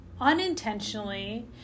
unintentionally